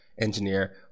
engineer